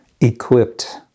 equipped